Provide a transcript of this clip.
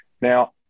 Now